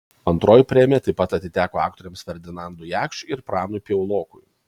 antroji premija taip pat atiteko aktoriams ferdinandui jakšiui ir pranui piaulokui